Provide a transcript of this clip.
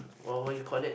wha~ what you call it